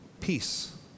peace